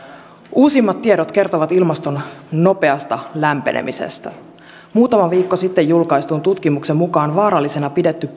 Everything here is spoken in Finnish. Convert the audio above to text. uusimmat tiedot kertovat ilmaston nopeasta lämpenemisestä muutama viikko sitten julkaistun tutkimuksen mukaan vaarallisena pidetty